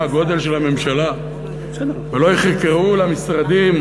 הגודל של הממשלה ולא איך יקראו למשרדים,